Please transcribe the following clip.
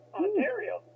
ontario